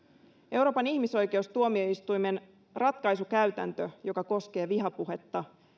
euroopan ihmisoikeustuomioistuimen ratkaisukäytäntö joka koskee vihapuhetta